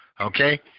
Okay